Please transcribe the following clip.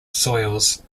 soils